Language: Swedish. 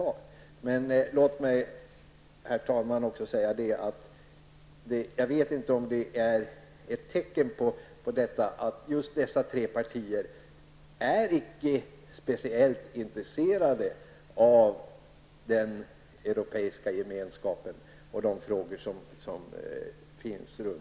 Jag vet inte, herr talman, om detta är ett tecken, men låt mig säga att just dessa tre partier icke är speciellt intresserade av den europeiska gemenskapen och de frågor som avser den.